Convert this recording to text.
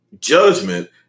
judgment